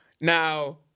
Now